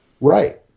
right